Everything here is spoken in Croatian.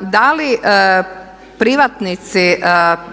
Da li privatnici